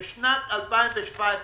בשנת 2017,